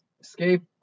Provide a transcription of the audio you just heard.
escape